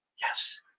yes